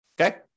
okay